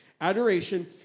Adoration